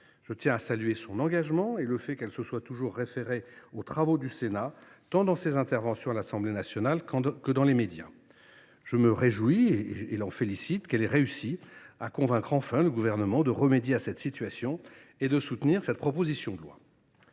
Je tiens à saluer son engagement et le fait qu’elle se soit toujours référée aux travaux du Sénat, tant dans ses interventions à l’Assemblée nationale que dans les médias. Je me réjouis – et l’en félicite – qu’elle ait réussi à convaincre enfin le Gouvernement de remédier à cette situation et de soutenir cette proposition de loi.